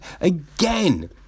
again